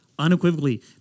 unequivocally